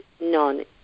none